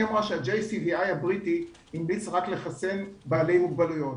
היא אמרה שה- JCVIהבריטית המליץ לחסן רק בעלי מוגבלויות.